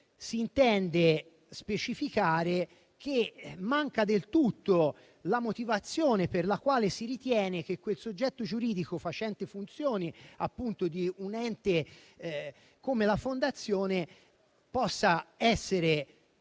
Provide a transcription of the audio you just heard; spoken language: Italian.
si intende specificare che manca del tutto la motivazione per la quale si ritiene che quel soggetto giuridico, facente funzioni di un ente come la fondazione, possa essere